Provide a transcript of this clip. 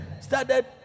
started